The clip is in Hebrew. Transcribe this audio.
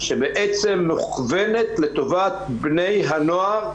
שבעצם מוכוונת לטובת בני הנוער,